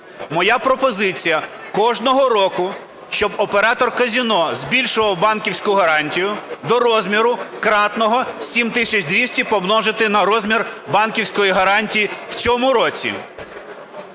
Моя пропозиція: кожного року, щоб оператор казино збільшував банківську гарантію до розміру кратного 7 тисяч 200 помножити на розмір банківської гарантії в цьому році.